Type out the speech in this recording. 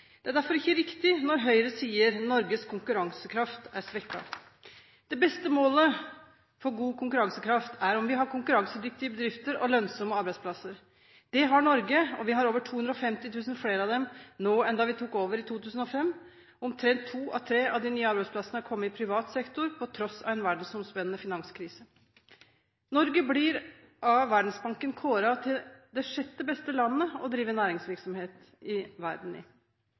Det er derfor ikke riktig når Høyre sier at Norges konkurransekraft er svekket. Det beste målet for god konkurransekraft er om vi har konkurransedyktige bedrifter og lønnsomme arbeidsplasser. Det har Norge, og vi har over 250 000 flere av dem nå enn da vi tok over i 2005. Omtrent to av tre av de nye arbeidsplassene er kommet i privat sektor på tross av en verdensomspennende finanskrise. Norge blir av Verdensbanken kåret til det sjette beste landet i verden å drive næringsvirksomhet i. Vi har i